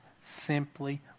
simply